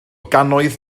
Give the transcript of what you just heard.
gannoedd